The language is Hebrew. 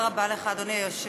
תודה רבה לך, אדוני היושב-ראש.